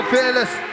Fearless